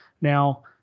Now